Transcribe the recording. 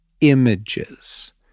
images